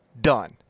Done